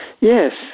Yes